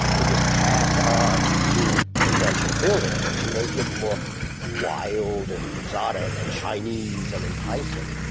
they just tacked on to conventional buildings to make it look wild and exotic and chinese and enticing.